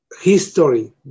history